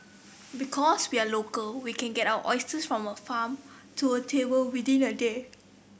because we are local we can get our oysters from a farm to a table within the day